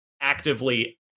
actively